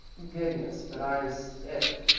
goodness, but i'm stiff,